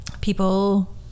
people